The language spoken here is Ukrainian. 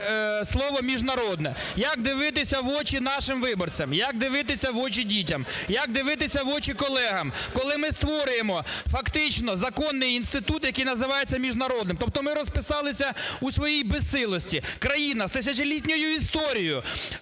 слово "міжнародне". Як дивитися в очі нашим виборцям? Як дивитися в очі дітям? Як дивитися в очі колегам, коли ми створюємо фактично законний інститут, який називається міжнародним, тобто ми розписалися у своїй безсилості. Країна із тисячолітньою історією